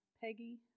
Peggy